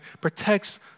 protects